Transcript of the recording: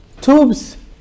tubes